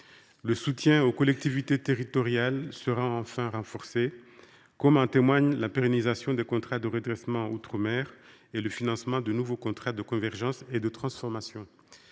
au soutien aux collectivités territoriales, il sera renforcé : en témoignent la pérennisation des contrats de redressement en outre mer et le financement de nouveaux contrats de convergence et de transformation.